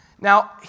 Now